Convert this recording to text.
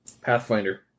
Pathfinder